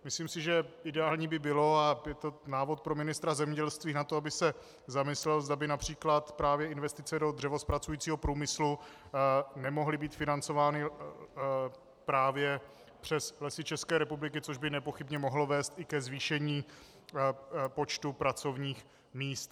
Myslím si, že ideální by bylo a je to návod pro ministra zemědělství na to, aby se zamyslel, zda by např. právě investice do dřevozpracujícího průmyslu nemohly být financovány právě přes Lesy ČR, což by nepochybně mohlo vést ke zvýšení počtu pracovních míst.